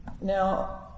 Now